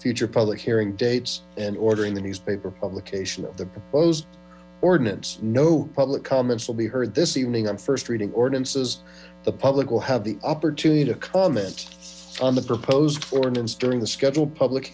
future public hearing dates and ordering the newspaper publication of the proposed ordinance no public comments will be heard this evening on first reading ordinances the public will have the opportunity to comment on the proposed ordinance during a scheduled public